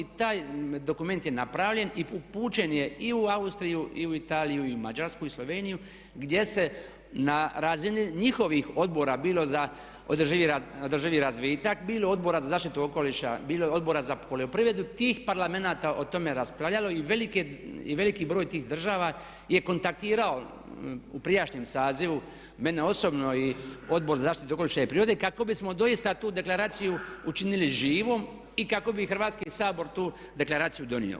I taj dokument je napravljen i upućen je i u Austriju i u Italiju i u Mađarsku i Sloveniju gdje se na razini njihovih odbora, bilo za održivi razvitak, bilo Odbora za zaštitu okoliša, bilo Odbora za poljoprivredu tih parlamenata o tome raspravljalo i veliki broj tih država je kontaktirao u prijašnjem sazivu mene osobno i Odbor za zaštitu okoliša i prirode kako bismo doista tu deklaraciju učinili živom i kako bi Hrvatski sabor tu deklaraciju donio.